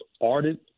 ardent